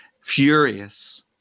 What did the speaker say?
furious